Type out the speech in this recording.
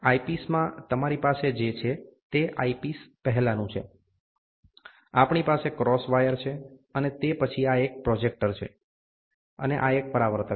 આઈપિસમાં તમારી પાસે જે છે તે આઈપિસ પહેલાનું છે આપણી પાસે ક્રોસ વાયર છે અને તે પછી આ એક પ્રોજેક્ટર છે અને આ એક પરાવર્તક છે